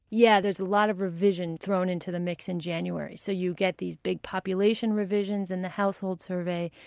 yeah. there's a lot of revision thrown into the mix in january. so you get these big population revisions in the household survey.